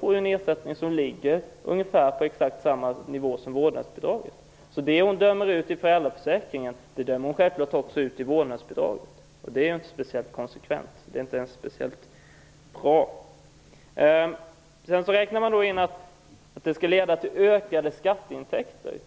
får det nedsatt till nästan samma nivå som vårdnadsbidraget. Det hon dömer ut i föräldraförsäkringen dömer hon också ut i vårdnadsbidraget. Det är inte speciellt konsekvent eller bra. Sedan räknar man in att det skall leda till ökade skatteintäkter.